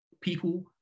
people